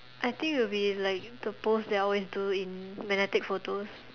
I think it'll be like the post that I always do in magnetic photos